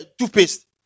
toothpaste